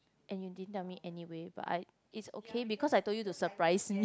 and you didn't tell me anyway but I is okay because I told you to surprise me